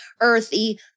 earthy